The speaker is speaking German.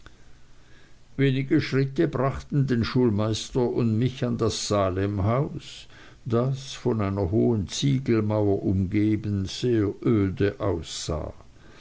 wenige schritte brachten den schulmeister und mich an das salemhaus das von einer hohen ziegelmauer umgeben sehr öde aussah